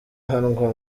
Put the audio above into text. ahanwa